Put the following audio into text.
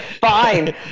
fine